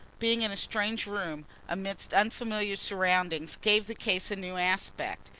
being in a strange room amidst unfamiliar surroundings, gave the case a new aspect.